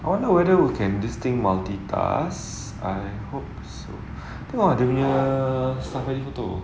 I wonder whether we can this thing multitask I hope so tengok dia punya staff photo